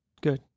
Good